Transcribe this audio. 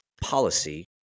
policy